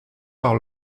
par